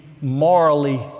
morally